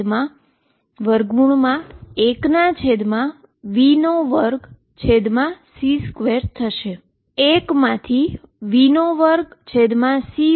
જે હવે બનશે mc21 v2c21h ગણુ મોમેન્ટમ થશે